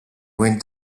wind